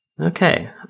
Okay